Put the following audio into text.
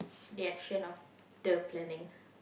the action of the planning